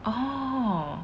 oh